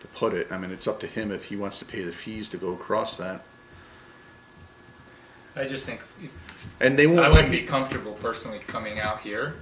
to put it i mean it's up to him if he wants to pay the fees to go across that i just think and they would be comfortable personally coming out here